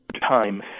time